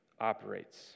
operates